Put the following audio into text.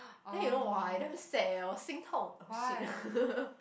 then you know !wah! I damn sad eh 我心痛 !oh shit!